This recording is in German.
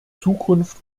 zukunft